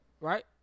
right